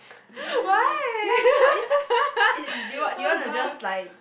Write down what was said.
ya is so is so y~ do you want do you want to just like